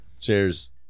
Cheers